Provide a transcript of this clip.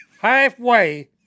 halfway